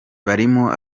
barimo